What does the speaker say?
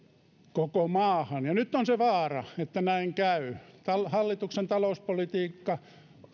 koko maahan ja nyt on se vaara että näin käy hallituksen talouspolitiikka